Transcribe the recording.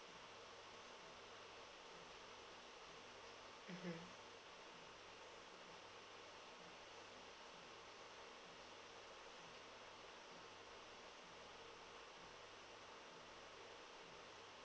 mmhmm